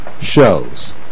shows